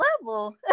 level